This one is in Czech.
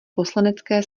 poslanecké